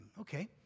okay